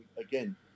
again